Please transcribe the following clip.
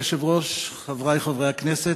אדוני היושב-ראש, חברי חברי הכנסת,